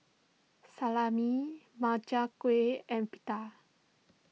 Salami Makchang Gui and Pita